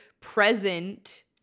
present